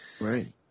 right